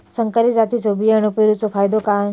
संकरित जातींच्यो बियाणी पेरूचो फायदो काय?